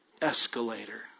escalator